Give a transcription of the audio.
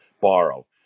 borrow